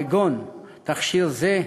כגון תכשיר זה,